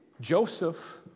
Joseph